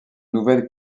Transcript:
nouvelle